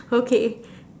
okay